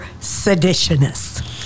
seditionists